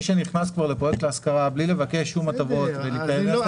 מי שנכנס כבר לפרויקט להשכרה בלי לבקש שום הטבות --- לדעתי